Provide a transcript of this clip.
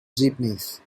jeepneys